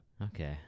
Okay